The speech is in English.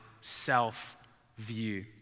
self-view